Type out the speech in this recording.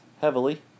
heavily